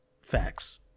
Facts